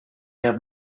have